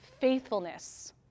faithfulness